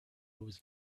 was